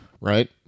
right